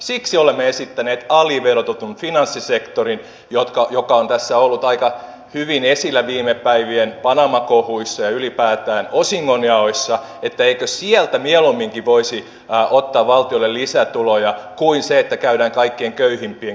siksi olemme esittäneet että eikö aliverotetusta finanssisektorista joka on tässä ollut aika hyvin esillä viime päivien panama kohuissa ja ylipäätään osingonjaoissa mieluumminkin voisi ottaa valtiolle lisätuloja kuin käydä kaikkein köyhimpien kukkarolla